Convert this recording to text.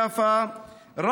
יפא,